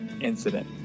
incident